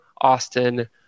Austin